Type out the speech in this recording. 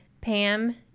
Pam